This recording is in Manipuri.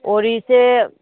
ꯑꯣꯔꯤꯁꯦ